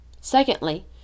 Secondly